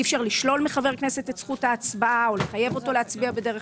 אי אפשר לשלול מחבר כנסת את זכות ההצבעה או לחייב אות להצביע בדרך